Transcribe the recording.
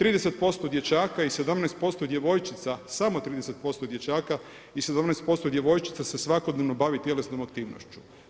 30% dječaka i 17% djevojčica samo 30% dječaka, i 17% djevojčica se svakodnevno bavi tjelesnom aktivnošću.